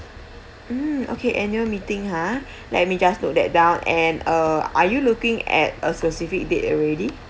mm okay annual meeting ha let me just note that down and uh are you looking at a specific date already